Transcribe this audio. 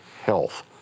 health